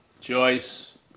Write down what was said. Joyce